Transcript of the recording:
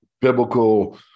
biblical